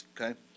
Okay